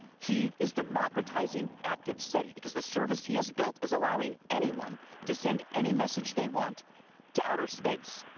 he is democratizing active seti, because the service he has built is allowing anyone to send any message they want to outer space.